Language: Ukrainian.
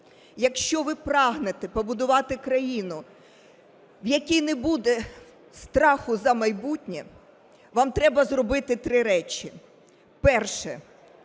якщо ви прагнете побудувати країну, в якій не буде страху за майбутнє, вам треба зробити три речі: перше